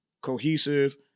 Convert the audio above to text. cohesive